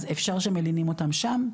אז אפשר שמלינים אותם שם.